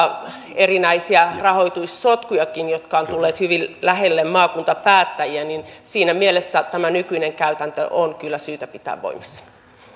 erinäisiä rahoitussotkujakin jotka ovat tulleet hyvin lähelle maakuntapäättäjiä niin että siinä mielessä tämä nykyinen käytäntö on kyllä syytä pitää voimassa